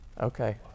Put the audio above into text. Okay